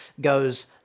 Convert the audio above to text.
goes